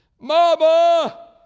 Mama